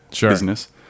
business